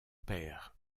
père